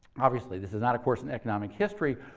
obviously, this is not a course in economic history,